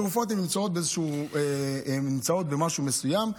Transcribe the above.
תרופות נמצאות באיזה משהו מסוים,